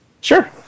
sure